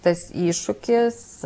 tas iššūkis